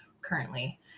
currently